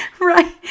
Right